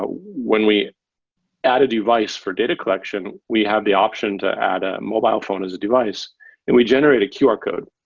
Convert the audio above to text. when we add a device for data collection, we have the options to add a mobile phone as a device and we generate a qr code